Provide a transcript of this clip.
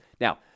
Now